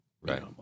Right